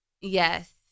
Yes